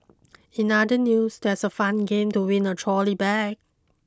in other news there's a fun game to win a trolley bag